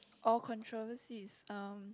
oh controversies um